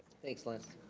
thanks lance.